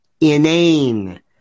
inane